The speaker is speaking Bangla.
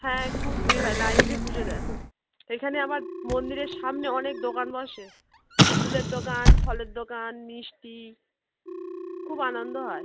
হ্যাঁ খুব ভিড় হয় লাইন দিয়ে পুজো দেয় এখানে আবার মন্দিরের সামনে অনেক দোকান বসে ফুলের দোকান ফলের দোকান মিষ্টি খুব আনন্দ হয়